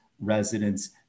residents